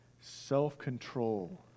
self-control